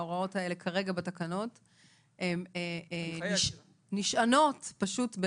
ההוראות האלה כרגע בתקנות נשענות על